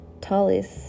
tallest